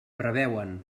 preveuen